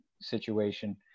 situation